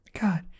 God